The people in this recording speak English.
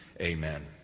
Amen